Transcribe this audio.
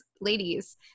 ladies